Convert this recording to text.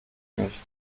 nicht